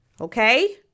Okay